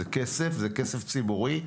זה כסף ציבורי.